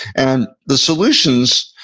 and the solutions,